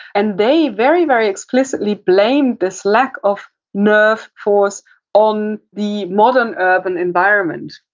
and they very, very explicitly blamed this lack of nerve force on the modern urban environment.